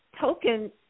token